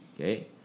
okay